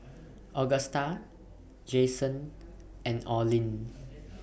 Agusta Jayson and Orlin